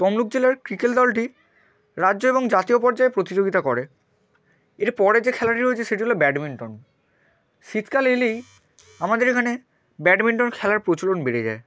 তমলুক জেলার ক্রিকেট দলটি রাজ্য এবং জাতীয় পর্যায়ে প্রতিযোগিতা করে এরপরে যে খেলাটি রয়েছে সেটি হলো ব্যাডমিন্টন শীতকাল এলেই আমাদের এখানে ব্যাডমিন্টন খেলার প্রচলন বেড়ে যায়